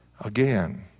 again